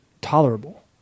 tolerable